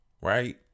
right